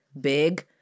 big